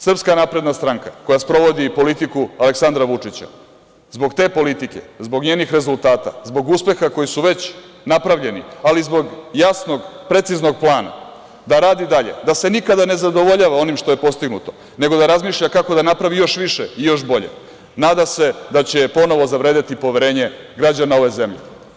Srpska napredna stranka, koja sprovodi politiku Aleksandra Vučića, zbog te politike, zbog njenih rezultata, zbog uspeha koji su već napravljeni, ali zbog jasnog, preciznog plana da radi dalje, da se nikada ne zadovoljava onim što je postignuto, nego da razmišlja kako da napravi još više i još bolje, nada se da će ponovo zavredeti poverenje građana ove zemlje.